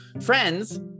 friends